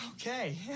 Okay